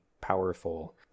powerful